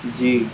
جی